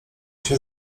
się